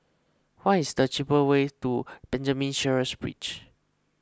what is the cheapest way to Benjamin Sheares Bridge